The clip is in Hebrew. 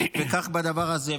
וכך בדבר הזה.